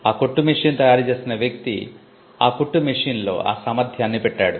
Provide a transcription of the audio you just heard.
ఆ కుట్టు మెషిన్ తయారుచేసిన వ్యక్తి ఆ కుట్టు మెషిన్ లో ఆ సామర్ధ్యాన్ని పెట్టాడు